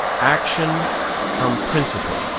action from principle,